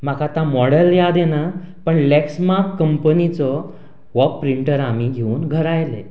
म्हाका आतां मॉडल याद येना पूण लॅक्समार्क कंपनिचो हो प्रिंटर आमीं घेवन घरा आयले